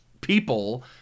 people –